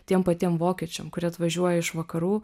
tiem patiem vokiečiam kurie atvažiuoja iš vakarų